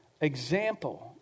example